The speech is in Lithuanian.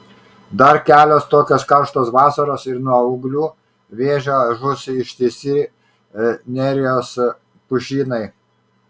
dar kelios tokios karštos vasaros ir nuo ūglių vėžio žus ištisi nerijos pušynai